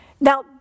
now